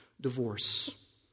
divorce